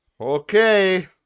Okay